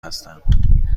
هستم